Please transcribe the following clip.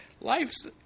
Life's